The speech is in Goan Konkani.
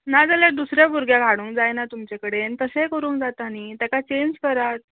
ना जाल्यार दुसऱ्या भुरग्यांक हाडूंक जायना तुमचे कडेन तशेंय करूंक जाता न्हय ताका चँज करात